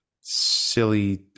silly